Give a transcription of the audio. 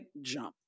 jump